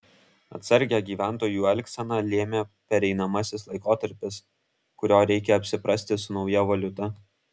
atsargią gyventojų elgseną lėmė pereinamasis laikotarpis kurio reikia apsiprasti su nauja valiuta